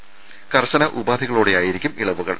എന്നാൽ കർശന ഉപാധികളോടെയായിരിക്കും ഇളവുകൾ